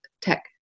tech